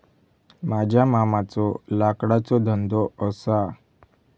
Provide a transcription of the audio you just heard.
माझ्या मामाचो लाकडाचो धंदो असा